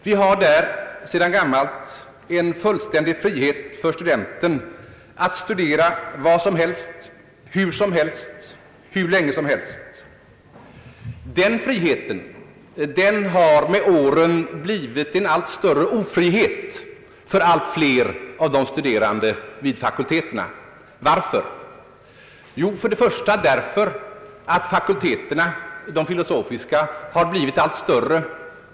Vi har sedan gammalt en fullständig frihet för studenten att studera vad som helst hur som helst hur länge som helst. Den friheten har med åren blivit en allt större ofrihet för allt fler av de studerande vid fakulteterna. Varför? För det första därför att de filosofiska fakulteterna blivit mycket stora.